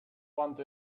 want